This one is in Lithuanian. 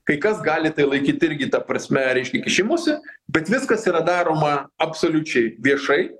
kai kas gali tai laikyt irgi ta prasme reiškia kišimusi bet viskas yra daroma absoliučiai viešai